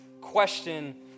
question